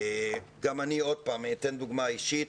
גם אני, עוד פעם, אתן דוגמה אישית.